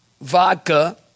vodka